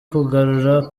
kugarura